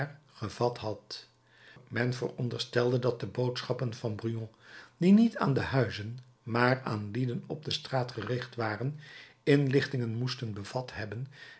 gevat had men veronderstelde dat de boodschappen van brujon die niet aan de huizen maar aan lieden op de straat gericht waren inlichtingen moesten bevat hebben